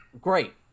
great